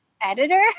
editor